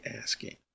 asking